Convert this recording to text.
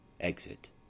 Exit